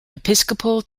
episcopal